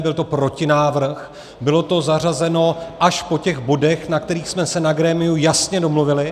Byl to protinávrh, bylo to zařazeno až po těch bodech, na kterých jsme se na grémiu jasně domluvili.